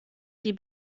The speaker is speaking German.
die